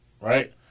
right